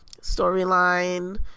storyline